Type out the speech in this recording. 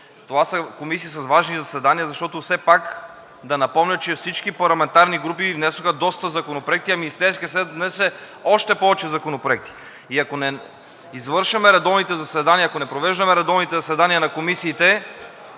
Това са комисии с важни заседания, защото все пак да напомня, че всички парламентарни групи внесоха доста законопроекти, а Министерският съвет внесе още повече законопроект, и ако не извършваме редовните заседания, ако не провеждаме редовните заседания на комисиите,